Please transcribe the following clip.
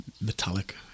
Metallic